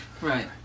Right